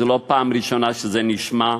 זו לא פעם ראשונה שזה נשמע,